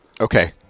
okay